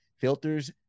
Filters